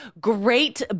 great